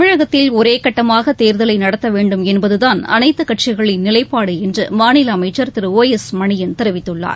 தமிழகத்தில் ஒரே கட்டமாக தேர்தலை நடத்த வேண்டும் என்பதுதான் அனைத்து கட்சிகளின் நிலைப்பாடு என்று மாநில அமைச்சர் திரு ஒ எஸ் மணியன் தெரிவித்துள்ளார்